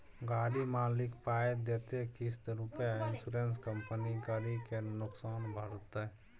गाड़ी मालिक पाइ देतै किस्त रुपे आ इंश्योरेंस कंपनी गरी केर नोकसान भरतै